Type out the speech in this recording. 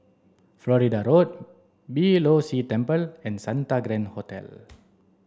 Florida Road Beeh Low See Temple and Santa Grand Hotel